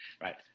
right